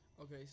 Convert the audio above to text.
Okay